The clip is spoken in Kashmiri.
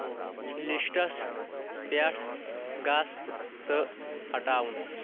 لسٹس پیٹھ گژھ تہٕ ہٹاوُن